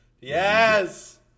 Yes